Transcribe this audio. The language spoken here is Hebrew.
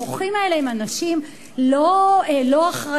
המוחים האלה הם אנשים לא אחראיים.